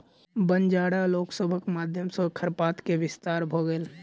बंजारा लोक सभक माध्यम सॅ खरपात के विस्तार भ गेल